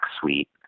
Suite